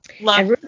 Love